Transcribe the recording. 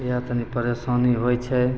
इएह तनि परेशानी होइ छै